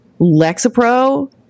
Lexapro